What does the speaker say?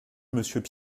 monsieur